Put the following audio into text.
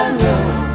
love